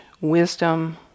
wisdom